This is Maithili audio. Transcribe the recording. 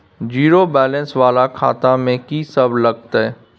जीरो बैलेंस वाला खाता में की सब लगतै?